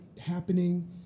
happening